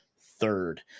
third